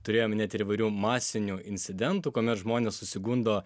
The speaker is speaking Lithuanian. turėjome net ir įvairių masinių incidentų kuomet žmonės susigundo